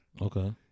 okay